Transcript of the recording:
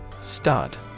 Stud